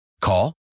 Call